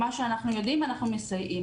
מה שאנחנו יודעים עליו, אנחנו מסייעים.